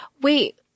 wait